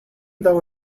though